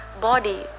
body